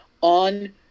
on